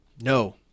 no